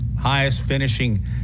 highest-finishing